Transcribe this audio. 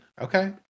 okay